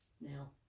Now